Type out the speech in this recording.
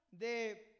de